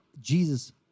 Jesus